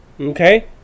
Okay